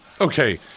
Okay